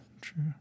true